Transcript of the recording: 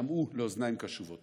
יישמעו לאוזניים קשובות.